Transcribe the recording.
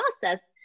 process